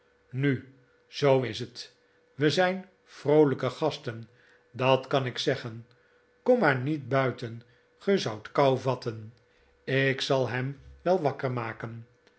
nu zoo is het we zijn vroolijke gasten dat kan ik zeggen kom maar niet buiten ge zoudt kou vatten ik zal hem wel wakker maken